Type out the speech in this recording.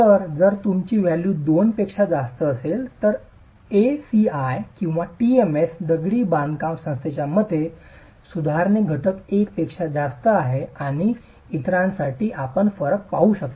तर जर तुमची व्हॅल्यू 2 पेक्षा जास्त असेल तर एसीआय किंवा टीएमएस दगडी बांधकाम संस्थेच्या मते सुधारणे घटक 1 पेक्षा जास्त आहे आणि इतरांसाठी आपण फरक पाहू शकता